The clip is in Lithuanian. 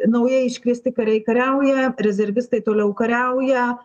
naujai iškviesti kariai kariauja rezervistai toliau kariauja